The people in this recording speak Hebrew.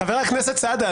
חבר הכנסת סעדה,